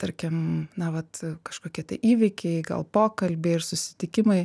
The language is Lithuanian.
tarkim na vat kažkokie tai įvykiai gal pokalbiai ir susitikimai